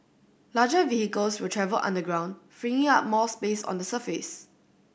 larger vehicles will travel underground freeing up more space on the surface